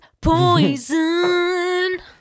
poison